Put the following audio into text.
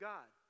God